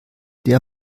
der